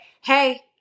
hey –